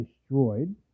destroyed